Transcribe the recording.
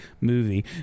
movie